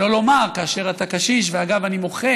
שלא לומר כאשר אתה קשיש, ואגב, אני מוחה